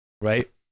Right